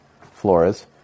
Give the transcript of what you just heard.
Flores